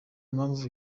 mpamvu